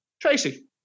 Tracy